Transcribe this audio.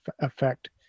effect